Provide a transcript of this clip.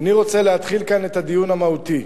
איני רוצה להתחיל כאן את הדיון המהותי,